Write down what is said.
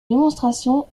démonstration